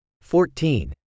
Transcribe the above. fourteen